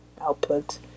output